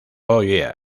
oye